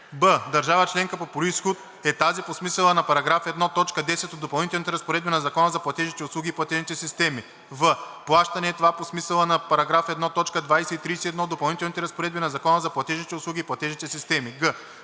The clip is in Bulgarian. б) „държава членка по произход“ е тази по смисъла на § 1, т. 10 от допълнителните разпоредби на Закона за платежните услуги и платежните системи; в) „плащане“ е това по смисъла на § 1, т. 20 и 31 от допълнителните разпоредби на Закона за платежните услуги и платежните системи; г)